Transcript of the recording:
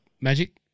Magic